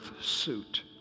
suit